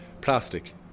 plastic